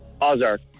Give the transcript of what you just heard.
Ozark